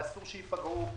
שאסור שייפגעו,